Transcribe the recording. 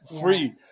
free